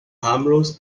harmlos